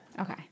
Okay